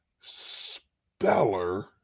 speller